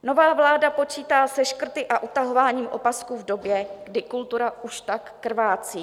Nová vláda počítá se škrty a utahováním opasků v době, kdy kultura už tak krvácí.